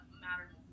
Matter